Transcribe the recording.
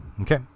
Okay